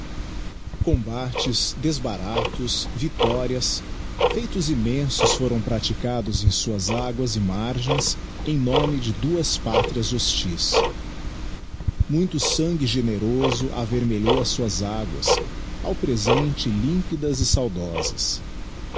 combates desbaratos victorias feitos immensos foram praticados em suas aguas e margens em nome de duas pátrias hostis muito sangue generoso avermelhou as suas aguas ao presente límpidas e saudosas